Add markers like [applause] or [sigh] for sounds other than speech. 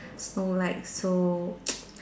Snow White so [noise]